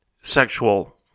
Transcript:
sexual